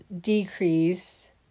decrease